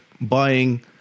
buying